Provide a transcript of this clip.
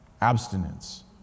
Abstinence